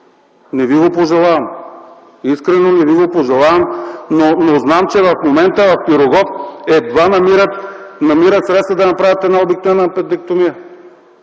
Не Ви го пожелавам! Искрено не Ви го пожелавам, но знам, че в момента в „Пирогов” едва намират средства да направят една обикновена апендектомия!